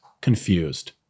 confused